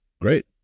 great